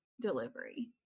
delivery